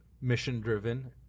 mission-driven